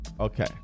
Okay